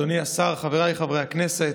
אדוני השר, חבריי חברי הכנסת,